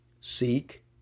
Seek